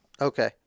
Okay